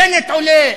בנט עולה,